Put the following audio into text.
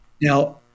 Now